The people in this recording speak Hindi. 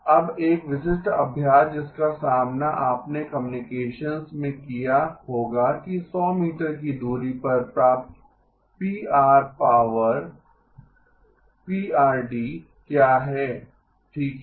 अब एक विशिष्ट अभ्यास जिसका सामना आपने कम्युनिकेशन्स में किया होगा कि 100 मीटर की दूरी पर प्राप्त पावर Pr क्या है ठीक है